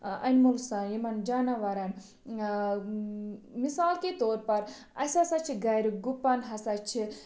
آ اَنِمُل سان یِمَن جاناوارن مِثال کے طور پَر اَسہِ ہسا چھِ گرِ گُپَن ہسا چھِ